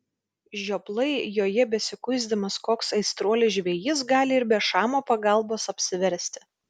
žioplai joje besikuisdamas koks aistruolis žvejys gali ir be šamo pagalbos apsiversti